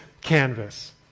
canvas